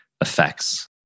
effects